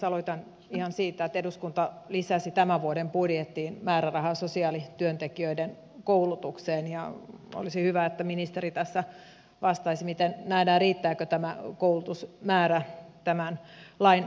aloitan ihan siitä että eduskunta lisäsi tämän vuoden budjettiin määrärahaa sosiaalityöntekijöiden koulutukseen ja olisi hyvä että ministeri tässä vastaisi miten nähdään riittääkö tämä koulutusmäärä tämän lain toimeenpanoon